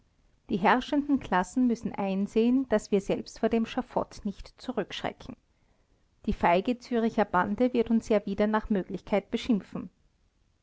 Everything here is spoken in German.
die herrschenden klassen müssen einsehen daß wir selbst vor dem schafott nicht zurückschrecken die feige züricher bande wird uns ja wieder nach möglichkeit beschimpfen